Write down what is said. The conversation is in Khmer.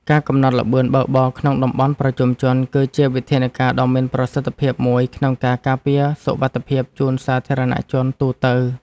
ការកំណត់ល្បឿនបើកបរក្នុងតំបន់ប្រជុំជន គឺជាវិធានការដ៏មានប្រសិទ្ធភាពមួយក្នុងការការពារសុវត្ថិភាពជូនសាធារណជនទូទៅ។